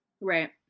Right